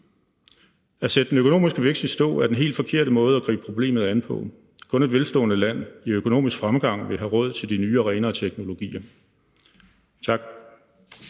At sætte den økonomiske vækst i stå er den helt forkerte måde at gribe problemet an på. Kun et velstående land i økonomisk fremgang vil have råd til de nye og renere teknologier. Tak.